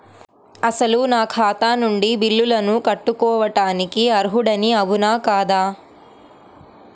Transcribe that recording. అసలు నా ఖాతా నుండి బిల్లులను కట్టుకోవటానికి అర్హుడని అవునా కాదా?